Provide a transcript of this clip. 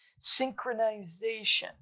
Synchronization